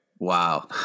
Wow